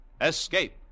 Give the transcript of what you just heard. Escape